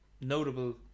notable